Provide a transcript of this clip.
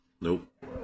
Nope